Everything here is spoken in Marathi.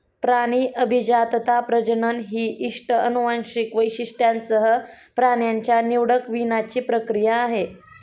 प्राणी अभिजातता, प्रजनन ही इष्ट अनुवांशिक वैशिष्ट्यांसह प्राण्यांच्या निवडक वीणाची प्रक्रिया आहे